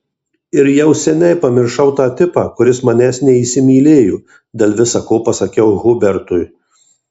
ir jau seniai pamiršau tą tipą kuris manęs neįsimylėjo dėl visa ko pasakiau hubertui